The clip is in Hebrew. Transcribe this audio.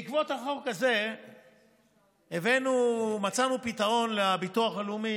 בעקבות החוק הזה מצאנו פתרון לביטוח הלאומי,